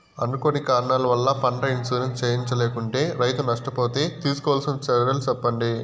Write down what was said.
అనుకోని కారణాల వల్ల, పంట ఇన్సూరెన్సు చేయించలేకుంటే, రైతు నష్ట పోతే తీసుకోవాల్సిన చర్యలు సెప్పండి?